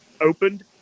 opened